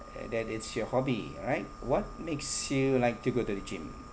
uh that it's your hobby right what makes you like to go to the gym